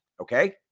Okay